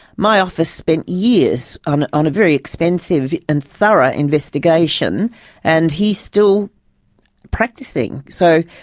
my office spent years on on a very expensive and thorough investigation and he's still practising. so,